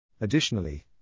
Additionally